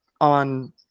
on